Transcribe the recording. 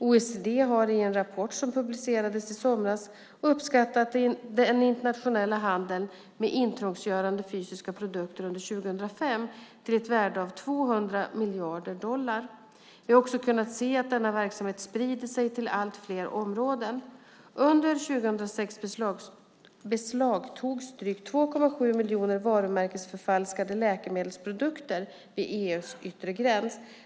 OECD har i en rapport som publicerades i somras uppskattat den internationella handeln med intrångsgörande fysiska produkter under 2005 till ett värde av 200 miljarder dollar. Vi har också kunnat se att denna verksamhet sprider sig till allt fler områden. Under år 2006 beslagtogs drygt 2,7 miljoner varumärkesförfalskade läkemedelsprodukter vid EU:s yttre gräns.